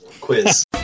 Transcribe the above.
quiz